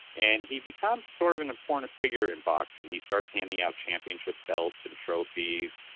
and he becomes sort of an important figure in boxing. he starts handing out championship belts and trophies.